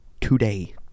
today